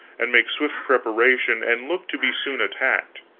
and make swift preparation, and look to be soon attacked.